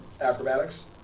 acrobatics